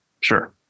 Sure